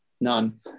None